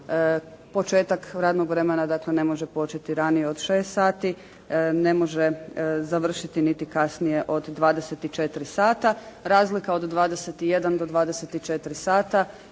početak radnog vremena dakle ne može početi ranije od 6 sati, ne može završiti niti kasnije od 24 sata. Razlika od 21 do 24 sata